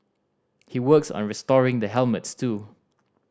he works on restoring the helmets too